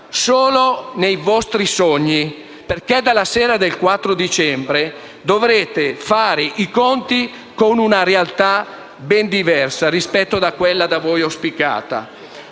solo nei vostri sogni, perché dalla sera del 4 dicembre dovrete fare i conti con una realtà ben diversa da quella da voi auspicata.